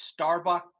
Starbucks